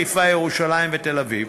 חיפה, ירושלים ותל-אביב,